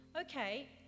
okay